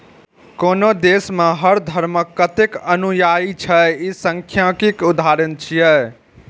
कोनो देश मे हर धर्मक कतेक अनुयायी छै, ई सांख्यिकीक उदाहरण छियै